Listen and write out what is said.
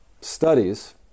studies